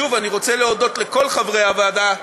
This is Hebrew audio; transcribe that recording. שוב, אני רוצה להודות לכל חברי הוועדה,